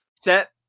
Set